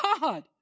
God